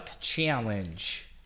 challenge